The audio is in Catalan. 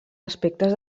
aspectes